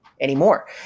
anymore